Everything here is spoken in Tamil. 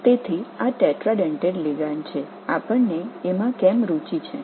எனவே இது ஒரு டிரைடென்டேட் லிகாண்ட் நாம் ஏன் ஆர்வமாக இருக்கிறோம்